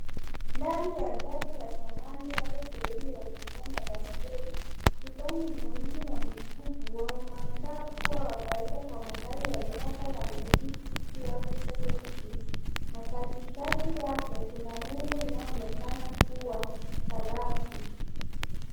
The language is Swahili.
Ndani ya gari ya zamani hasa sehemu ya usukani na dashibodi. Usukani ni mweusi na mkubwa. Unaonekana kuwa wa kawaida kwa magari ya miaka ya 1960 au 1970 na katikati yake kuna nembo inayoonekana kuwa farasi.